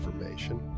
information